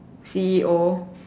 C_E_O